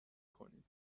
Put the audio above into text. کنید